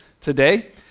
today